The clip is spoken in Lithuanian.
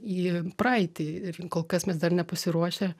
į praeitį ir kol kas mes dar nepasiruošę